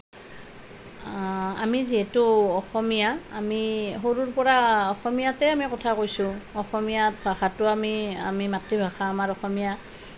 আমি যিহেতু অসমীয়া আমি সৰুৰ পৰা অসমীয়াতে আমি কথা কৈছোঁ অসমীয়া ভাষাটো আমি আমি আমাৰ মাতৃভাষা অসমীয়া ভাষা